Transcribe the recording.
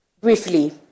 briefly